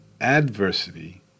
adversity